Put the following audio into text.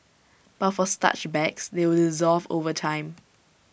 but for starch bags they will dissolve over time